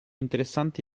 interessanti